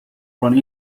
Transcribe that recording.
run